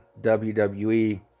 WWE